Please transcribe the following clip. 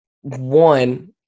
one